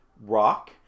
rock